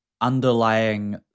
underlying